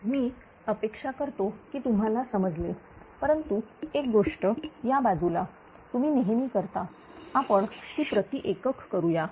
मी अपेक्षा करतो की तुम्हाला समजले परंतु एक गोष्ट या बाजूला तुम्ही नेहमी करता आपण ती प्रति एकक करूया